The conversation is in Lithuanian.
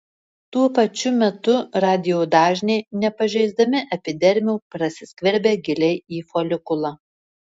tuo pačiu metu radijo dažniai nepažeisdami epidermio prasiskverbia giliai į folikulą